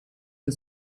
and